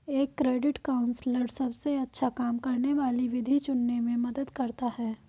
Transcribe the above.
एक credit counsellor सबसे अच्छा काम करने वाली विधि चुनने में मदद करता है